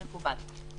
מקובל.